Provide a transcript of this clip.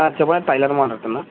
చెప్పండి టైలర్ని మాట్లాడుతున్న